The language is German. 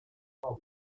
auf